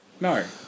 No